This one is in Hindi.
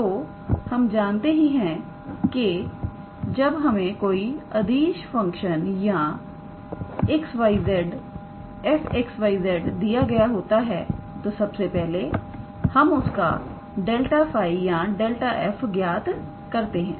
तोहम जानते ही हैं के जब हमें कोई अदिश फंक्शन 𝜑𝑥 𝑦 𝑧 या 𝑓𝑥 𝑦 𝑧 दिया गया होता है तो सबसे पहले हम उसका ∇⃗ 𝜑 या ∇⃗ 𝑓 ज्ञात करते हैं